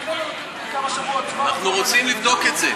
לנו כמה שבועות זמן, אנחנו רוצים לבדוק את זה.